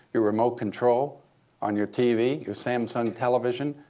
your remote control on your tv, your samsung television,